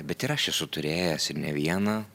bet ir aš esu turėjęs ir ne vieną